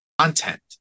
content